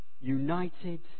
united